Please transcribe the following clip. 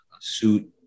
suit